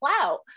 clout